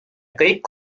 kõik